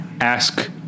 ask